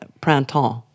Printemps